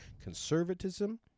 conservatism